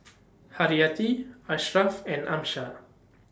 Haryati Ashraf and Amsyar